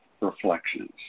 reflections